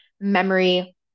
memory